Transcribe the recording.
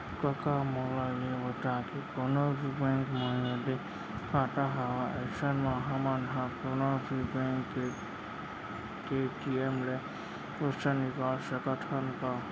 कका मोला ये बता के कोनों भी बेंक म यदि खाता हवय अइसन म हमन ह कोनों भी बेंक के ए.टी.एम ले पइसा निकाल सकत हन का?